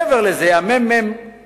מעבר לזה, הממ"מ